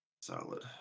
Solid